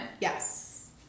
Yes